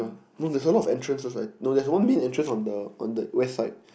no there's a lot of entrances like no there's one main entrance on the on the west side